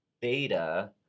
beta